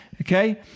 okay